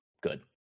good